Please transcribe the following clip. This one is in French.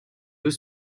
deux